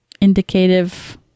indicative